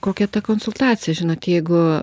kokia ta konsultacija žinot jeigu